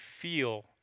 feel